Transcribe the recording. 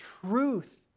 truth